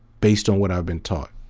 based on what i've been taught.